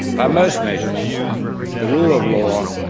by most measures the rule of law,